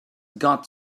got